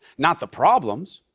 not the problems.